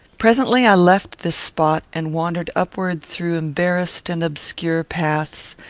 presently i left this spot, and wandered upward through embarrassed and obscure paths,